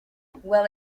well